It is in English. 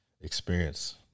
experience